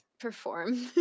perform